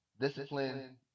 Discipline